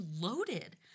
loaded